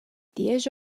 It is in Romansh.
diesch